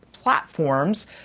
platforms